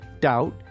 Doubt